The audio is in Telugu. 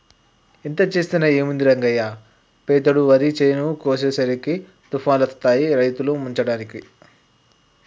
ఎంత చేసినా ఏముంది రంగయ్య పెతేడు వరి చేను కోసేసరికి తుఫానులొత్తాయి రైతుల్ని ముంచడానికి